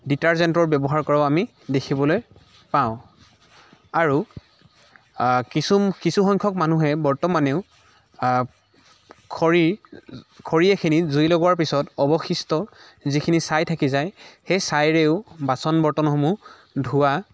ডিটাৰ্জেণ্টৰ ব্যৱহাৰ কৰাও আমি দেখিবলৈ পাওঁ আৰু কিছু কিছুসংখ্যক মানুহে বৰ্তমানেও খৰি খৰি এখিনি জুই লগোৱাৰ পিছত অৱশিষ্ট যিখিনি ছাই থাকি যায় সেই ছাইৰেও বাচন বৰ্তনসমূহ ধোৱা